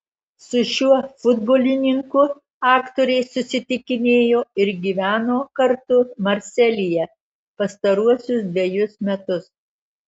su šiuo futbolininku aktorė susitikinėjo ir gyveno kartu marselyje pastaruosius dvejus metus